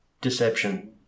Deception